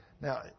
Now